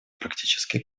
практически